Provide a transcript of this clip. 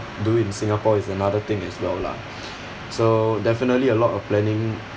do in singapore is another thing as well lah so definitely a lot of planning